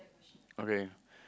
okay